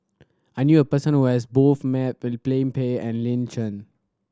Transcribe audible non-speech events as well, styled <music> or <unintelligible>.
I knew a person who has both met <unintelligible> Pan and Lin Chen